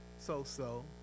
so-so